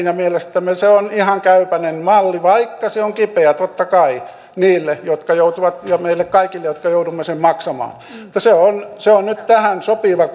ja mielestämme se on ihan käypäinen malli vaikka se on totta kai kipeä niille jotka joutuvat ja meille kaikille jotka joudumme sen maksamaan mutta se on se on nyt tähän sopiva